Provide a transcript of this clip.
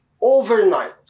overnight